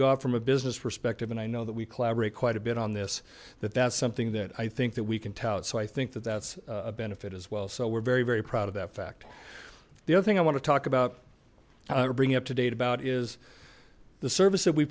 gone from a business perspective and i know that we collaborate quite a bit on this that that's something that i think that we can tout so i think that that's a benefit as well so we're very very proud of that fact the other thing i want to talk about how to bring it up to date about is the service that we